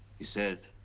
he said,